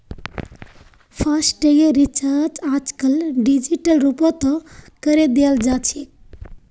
फासटैगेर recharge आजकल digital रूपतों करे दियाल जाछेक